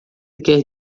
quer